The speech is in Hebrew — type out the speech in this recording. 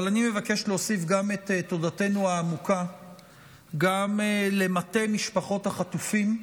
אבל אני מבקש להוסיף גם את תודתנו העמוקה למטה משפחות החטופים,